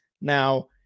Now